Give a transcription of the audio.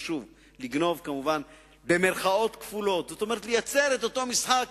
כלומר לייצר את אותו משחק,